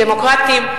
דמוקרטיים,